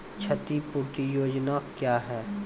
क्षतिपूरती योजना क्या हैं?